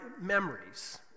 memories